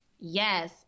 Yes